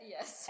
Yes